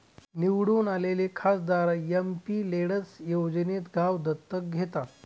निवडून आलेले खासदार एमपिलेड्स योजनेत गाव दत्तक घेतात